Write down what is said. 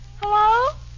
Hello